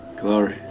Glory